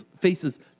faces